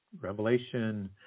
Revelation